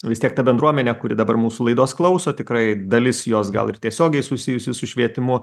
vis tiek ta bendruomenė kuri dabar mūsų laidos klauso tikrai dalis jos gal ir tiesiogiai susijusi su švietimu